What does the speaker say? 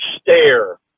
stare